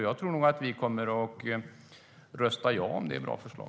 Jag tror att vi kommer att rösta ja om den innehåller bra förslag.